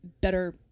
better